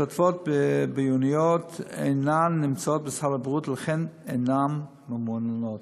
תותבות ביוניות אינן נמצאות בסל הבריאות ולכן אינן ממומנות.